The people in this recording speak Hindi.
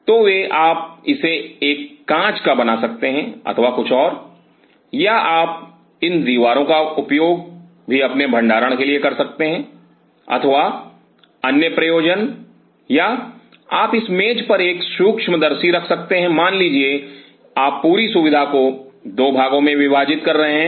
तो वे आप इसे एक कांच का बना सकते हैं अथवा कुछ या आप इन दीवारों का भी उपयोग अपने भंडारण के लिए कर सकते हैं अथवा अन्य प्रयोजन या आप इस मेज पर एक सूक्ष्मदर्शी रख सकते हैं मान लीजिए कि आप पूरी सुविधा को 2 भागों में विभाजित कर रहे हैं